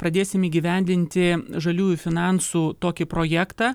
pradėsim įgyvendinti žaliųjų finansų tokį projektą